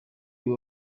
uyu